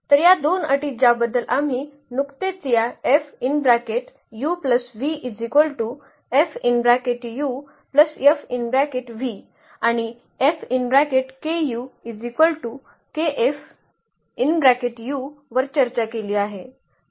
तर या 2 अटी ज्याबद्दल आम्ही नुकतेच या आणि वर चर्चा केली आहे